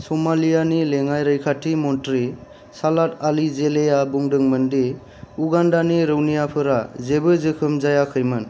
समालियानि लेङाइ रैखथि मन्थ्रि सालाद आलि जेलेआ बुंदोंमोन दि उगान्डानि रौनियाफोरा जेबो जोखोम जायाखैमोन